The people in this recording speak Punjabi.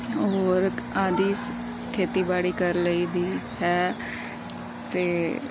ਹੋਰ ਆਦਿ ਖੇਤੀਬਾੜੀ ਕਰ ਲਈ ਦੀ ਹੈ ਅਤੇ